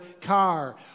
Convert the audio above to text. car